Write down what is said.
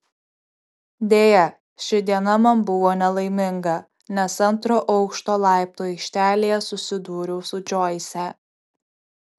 deja ši diena man buvo nelaiminga nes antro aukšto laiptų aikštelėje susidūriau su džoise